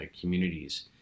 communities